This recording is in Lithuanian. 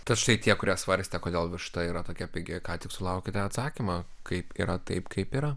tad štai tie kurie svarstė kodėl višta yra tokia pigi ką tik sulaukėte atsakymo kaip yra taip kaip yra